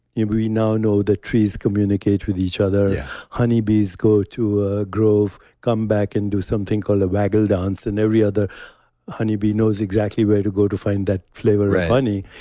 you know we now know the trees communicate with each other honeybees go to a grove, come back and do something called a waggle dance. and every other honeybee knows exactly where to go to find that flavor of honey.